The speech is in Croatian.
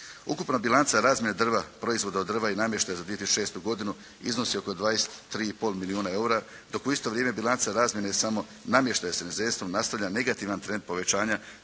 Ukupna bilanca razmjene drva, proizvoda od drva i namještaja za 2006. godinu iznosi oko 23 i pol milijuna EUR-a dok u isto vrijeme bilanca razmjene samo namještaja s inozemstvom nastavlja negativan trend povećanja